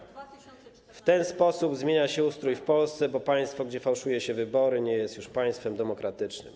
W 2014 r. W ten sposób zmienia się ustrój w Polsce, bo państwo, gdzie fałszuje się wybory, nie jest już państwem demokratycznym.